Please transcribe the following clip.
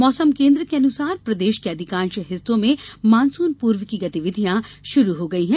मौसम केन्द्र के अनुसार प्रदेश के अधिकांश हिस्सों में मानसून पूर्व की गतिविधियां शुरू हो गयी हैं